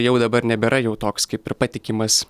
jau dabar nebėra jau toks kaip ir patikimas